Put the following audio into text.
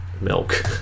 milk